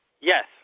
yes